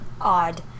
odd